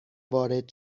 وارد